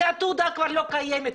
כי התעודה כבר לא קיימת,